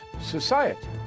society